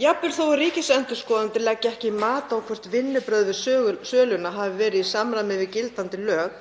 Jafnvel þó að ríkisendurskoðandi leggi ekki mat á hvort vinnubrögð við söluna hafi verið í samræmi við gildandi lög